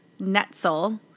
Netzel